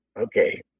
Okay